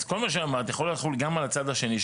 אז כל מה שאמרת יכול לחול גם על הצד השני,